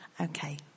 Okay